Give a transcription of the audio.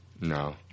No